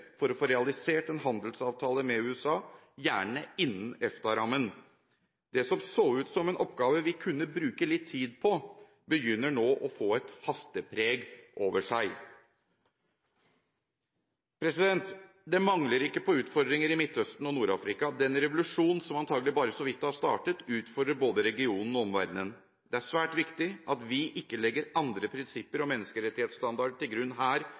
for å få realisert en handelsavtale med USA, gjerne innen EFTA-rammen. Det som så ut som en oppgave vi kunne bruke litt tid på, begynner nå å få et hastepreg over seg. Det mangler ikke på utfordringer i Midtøsten og Nord-Afrika. Den revolusjonen som antakelig bare så vidt har startet, utfordrer både regionen og omverdenen. Det er svært viktig at vi ikke legger andre prinsipper og menneskerettighetsstandarder til grunn her